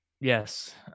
Yes